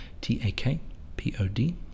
T-A-K-P-O-D